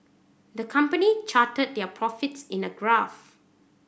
the company charted their profits in a graph